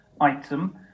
item